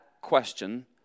question